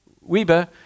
Weber